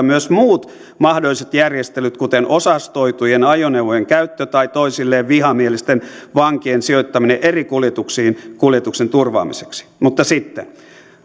myös muut mahdolliset järjestelyt kuten osastoitujen ajoneuvojen käyttö tai toisilleen vihamielisten vankien sijoittaminen eri kuljetuksiin kuljetuksen turvaamiseksi mutta sitten